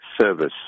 service